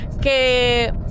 Que